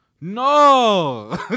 No